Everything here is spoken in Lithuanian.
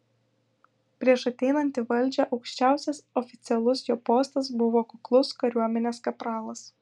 prieš ateinant į valdžią aukščiausias oficialus jo postas buvo kuklus kariuomenės kapralas